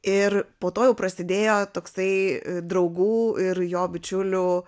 ir po to jau prasidėjo toksai draugų ir jo bičiulių